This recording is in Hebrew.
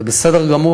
זה בסדר גמור,